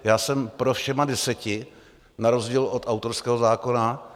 Já jsem pro vše všemi deseti, na rozdíl od autorského zákona.